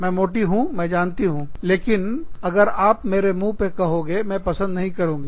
मैं मोटी हूँ मैं जानती हूँ लेकिन अगर आप मेरे मुंह पर कहोगे मैं पसंद नहीं करूँगी